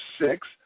six